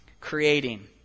creating